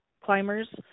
climbers